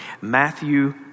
Matthew